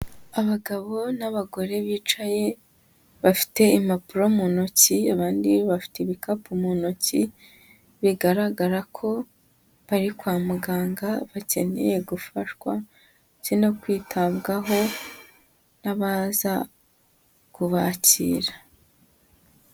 Abagabo n'abagore bicaye, bafite impapuro mu ntoki, abandi bafite ibikapu mu ntoki, bigaragara ko bari kwa muganga, bakeneye gufashwa ndetse no kwitabwaho n'abaza kubakira.